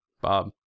Bob